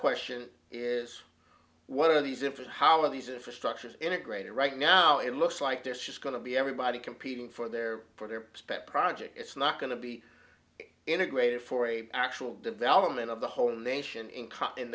question is what are these different how of these infrastructure is integrated right now it looks like there's just going to be everybody competing for their for their spec project it's not going to be integrated for a actual development of the whole nation in